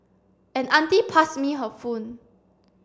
an auntie passed me her phone